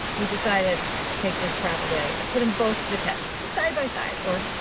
we decided to take this travel day and put in both the test side by side or